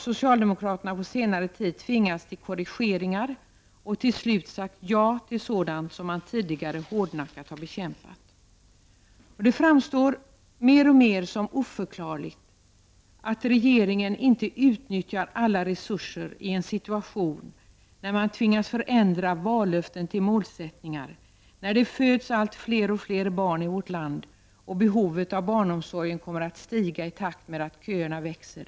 Socialdemokraterna har därför på senare tid tvingats till korrigeringar, och de har till slut sagt ja till sådant som de tidigare hårdnackat har bekämpat. Det framstår mer och mer som oförklarligt att regeringen inte utnyttjar alla resurser i en situation där man tvingas ändra vallöften till målsättningar, när det föds allt fler barn i vårt land och behovet av barnomsorg kommer att öka i takt med att köerna växer.